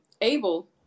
Abel